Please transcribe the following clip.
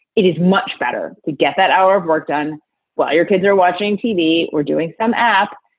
it is much better to get that hour of work done while your kids are watching tv or doing some app.